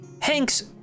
Hanks